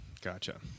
gotcha